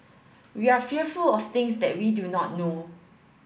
we are fearful of things that we do not know